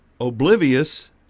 oblivious